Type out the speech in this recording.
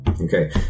Okay